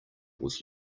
was